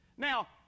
Now